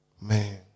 Man